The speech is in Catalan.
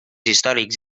històrics